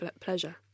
pleasure